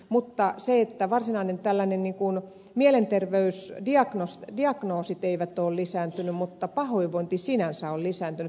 mutta se että varsinainen tällainen ikkuna mielenterveys varsinaiset tällaiset mielenterveysdiagnoosit eivät ole lisääntyneet mutta pahoinvointi sinänsä on lisääntynyt